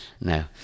no